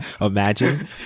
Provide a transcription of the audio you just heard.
Imagine